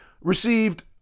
received